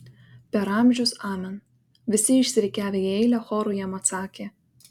per amžius amen visi išsirikiavę į eilę choru jam atsakė